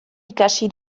ikasi